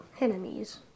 Enemies